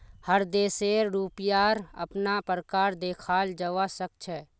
हर देशेर रुपयार अपना प्रकार देखाल जवा सक छे